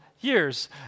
years